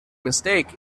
mistake